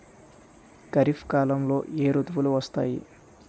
ఖరిఫ్ కాలంలో ఏ ఋతువులు వస్తాయి?